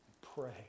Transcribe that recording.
pray